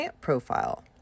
Profile